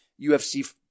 UFC